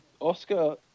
Oscar